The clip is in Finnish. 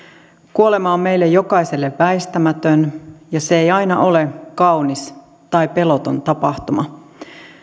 kuolema on meille jokaiselle väistämätön ja se ei aina ole kaunis tai peloton tapahtuma